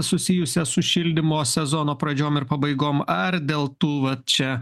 susijusias su šildymo sezono pradžiom ir pabaigom ar dėl tų vat čia